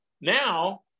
Now